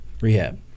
Rehab